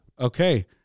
Okay